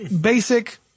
basic